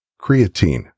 creatine